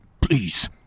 Please